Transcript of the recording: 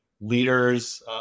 leaders